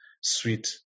sweet